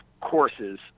courses